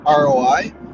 ROI